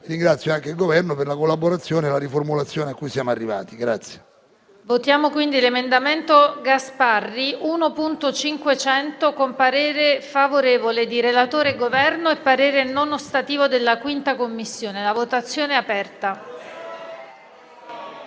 Ringrazio anche il Governo per la collaborazione e la riformulazione a cui siamo arrivati.